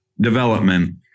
development